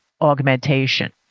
augmentation